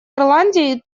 ирландии